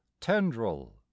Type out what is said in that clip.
tendril